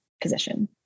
position